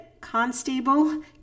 Constable